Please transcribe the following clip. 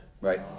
right